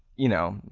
you know,